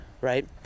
right